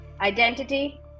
identity